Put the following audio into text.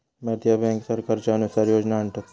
भारतीय बॅन्क सरकारच्या अनुसार योजना आणतत